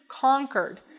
conquered